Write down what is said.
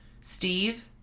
Steve